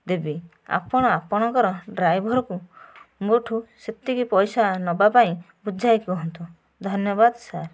ଦେବି ଆପଣ ଆପଣଙ୍କର ଡ୍ରାଇଭରକୁ ମୋଠାରୁ ସେତିକି ପଇସା ନେବା ପାଇଁ ବୁଝାଇ କୁହନ୍ତୁ ଧନ୍ୟବାଦ ସାର୍